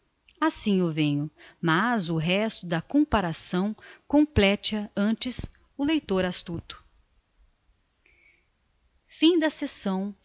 assim eu venho mas o resto da comparação complete a antes o leitor astuto